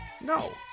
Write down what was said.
No